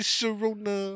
Sharona